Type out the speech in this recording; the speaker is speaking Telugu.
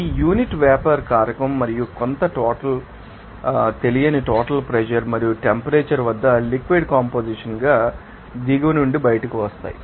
ఈ యూనిట్ వేపర్ కారకం మరియు కొంత టోటల్ తెలియని టోటల్ ప్రెషర్ మరియు టెంపరేచర్ వద్ద లిక్విడ్ కంపొజిషన్ గా దిగువ నుండి బయటకు వస్తాయి